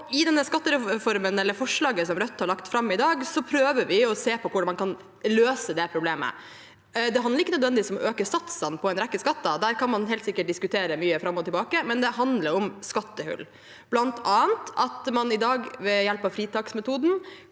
i dag, prøver vi å se på hvordan man kan løse det problemet. Det handler ikke nødvendigvis om å øke satsene på en rekke skatter, der kan man helt sikkert diskutere mye fram og tilbake, men det handler om skattehull, bl.a. at man i dag ved hjelp av fritaksmetoden